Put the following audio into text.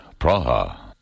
Praha